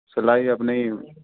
सिलाई अपने ही